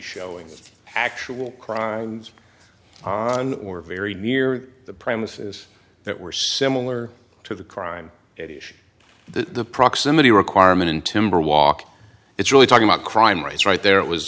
showing actual crimes or very near the premises that were similar to the crime the proximity requirement in timber walk it's really talking about crime rates right there it was